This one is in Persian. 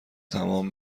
تمام